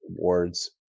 awards